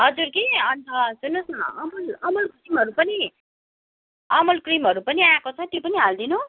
हजुर कि अन्त सुन्नुहोस् न अमुल अमुल क्रिमहरू पनि अमुल क्रिमहरू पनि आएको छ त्यो पनि हालिदिनु